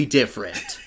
different